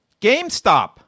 GameStop